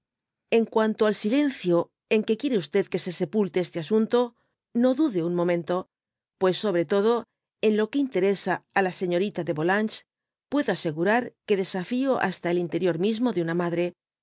en cuanto al silencio en que quiere que se sepulte este asunto no dude un momento pues sobre todo en lo que interesa á la señorita de volanges puedo asegurar que desafío hasta el interior mismo de una madre